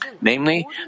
Namely